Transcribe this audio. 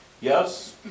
Yes